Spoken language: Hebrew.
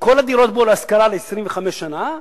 שכל הדירות בו הן להשכרה ל-25 שנה,